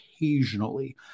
occasionally